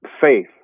faith